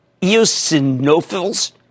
eosinophils